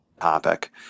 topic